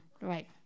right